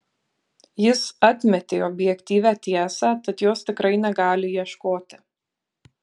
jis atmetė objektyvią tiesą tad jos tikrai negali ieškoti